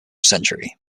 century